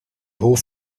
haut